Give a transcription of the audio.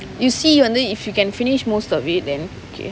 you see whether if you can finish most of it then okay